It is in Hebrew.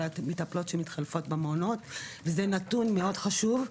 המטפלות שמתחלפות במעונות וזה נתון מאוד חשוב,